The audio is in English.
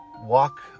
walk